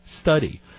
study